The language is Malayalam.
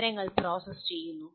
വിവരങ്ങൾ പ്രോസസ്സ് ചെയ്യുന്നു